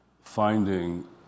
finding